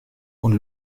und